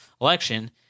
election